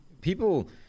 people